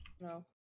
No